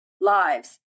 lives